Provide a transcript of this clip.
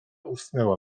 usnęła